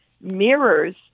mirrors